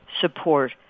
support